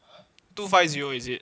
two five zero is it